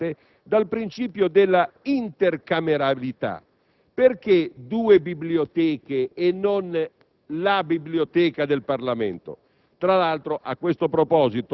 impongono scelte orientate al principio della intercameralità. Chiedo perché vi sono due biblioteche e non la biblioteca del Parlamento.